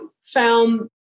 found